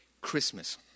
Christmas